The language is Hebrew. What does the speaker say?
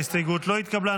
ההסתייגות לא התקבלה.